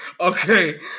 Okay